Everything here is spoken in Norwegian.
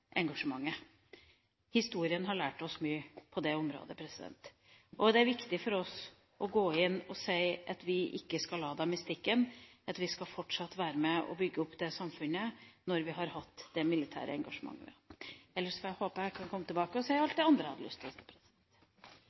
Historien har lært oss mye på det området. Det er viktig for oss å gå inn og si at vi ikke skal la dem i stikken, at vi fortsatt skal være med på å bygge opp dette samfunnet, når vi har hatt dette militære engasjementet. Ellers håper jeg at jeg kan komme tilbake og si alt det andre jeg hadde lyst til å si.